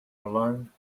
alone